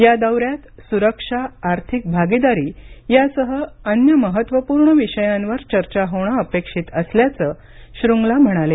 या दौऱ्यात सुरक्षा आर्थिक भागीदारी यासह अन्य महत्त्वपूर्ण विषयांवर चर्चा होणं अपेक्षित असल्याचं श्रुंगला म्हणाले